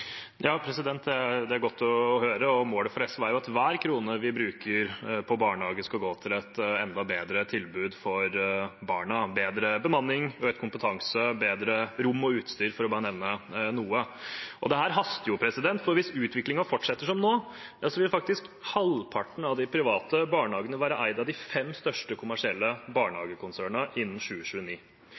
Det er godt å høre, og målet for SV er at hver krone vi bruker på barnehage, skal gå til et enda bedre tilbud for barna – bedre bemanning, økt kompetanse, bedre rom og utstyr, bare for å nevne noe. Dette haster, for hvis utviklingen forsetter som nå, vil faktisk halvparten av de private barnehagene være eid av de fem største kommersielle barnehagekonsernene innen 2029.